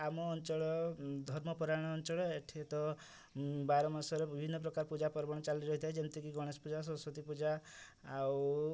ଆମ ଅଞ୍ଚଳ ଧର୍ମ ପରାୟଣ ଅଞ୍ଚଳ ଏଠି ତ ବାର ମାସରେ ବିଭିନ୍ନ ପ୍ରକାର ପୂଜା ପାର୍ବଣ ଚାଲି ରହିଥାଏ ଯେମିତକି ଗଣେଶ ପୂଜା ସରସ୍ୱତୀ ପୂଜା ଆଉ